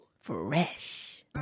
Fresh